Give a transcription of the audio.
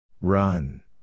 Run